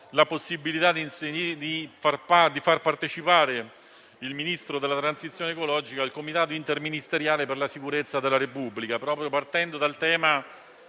la possibilità di far partecipare il Ministro della transizione ecologica al Comitato interministeriale per la sicurezza della Repubblica, proprio partendo dalla